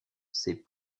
ses